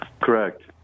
Correct